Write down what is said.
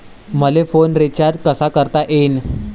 मले phone recharge कसा करता येईन?